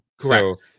correct